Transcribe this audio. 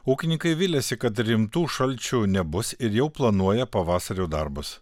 ūkininkai viliasi kad rimtų šalčių nebus ir jau planuoja pavasario darbus